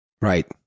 Right